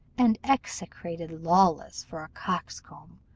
and execrated lawless for a coxcomb,